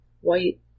white